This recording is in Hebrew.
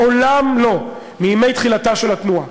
מעולם לא, מימי תחילתה של התנועה.